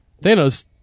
Thanos